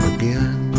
Again